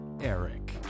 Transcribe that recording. Eric